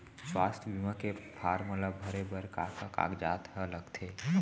स्वास्थ्य बीमा के फॉर्म ल भरे बर का का कागजात ह लगथे?